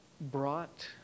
brought